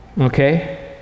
Okay